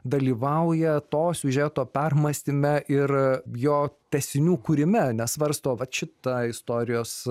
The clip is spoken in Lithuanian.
dalyvauja to siužeto permąstyme ir jo tęsinių kūrime nes svarsto vat šita istorijos